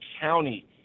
county